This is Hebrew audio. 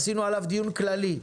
ערכנו עליה דיון כללי.